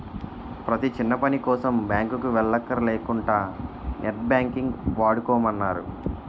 ప్రతీ చిన్నపనికోసం బాంకుకి వెల్లక్కర లేకుంటా నెట్ బాంకింగ్ వాడుకోమన్నారు